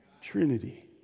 Trinity